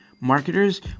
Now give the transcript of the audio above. Marketers